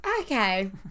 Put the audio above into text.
okay